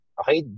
okay